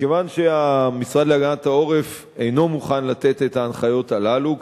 וכיוון שהמשרד להגנת העורף אינו מוכן לתת את ההנחיות הללו,